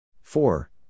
Four